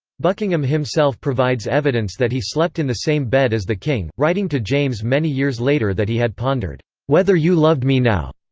buckingham himself provides evidence that he slept in the same bed as the king, writing to james many years later that he had pondered whether you loved me now.